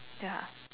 ya